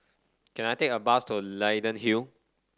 can I take a bus to Leyden Hill